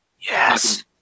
Yes